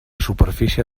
superfície